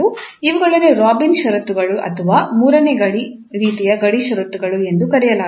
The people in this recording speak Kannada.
ಇವುಗಳನ್ನು ರಾಬಿನ್ ಷರತ್ತುಗಳು Robins conditions ಅಥವಾ ಮೂರನೇ ರೀತಿಯ ಗಡಿ ಷರತ್ತುಗಳು ಎಂದು ಕರೆಯಲಾಗುತ್ತದೆ